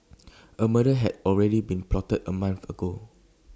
A murder had already been plotted A month ago